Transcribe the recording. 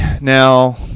Now